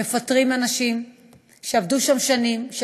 הם מפטרים אנשים שעבדו שם שנים,